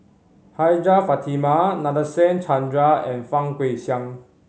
Hajjah Fatimah Nadasen Chandra and Fang Guixiang